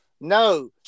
no